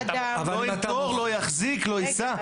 לא ימכור, לא יחזיק, לא יישא.